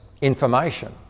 information